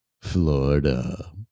Florida